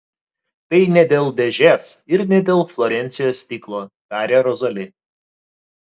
tai ne dėl dėžės ir ne dėl florencijos stiklo tarė rozali